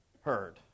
heard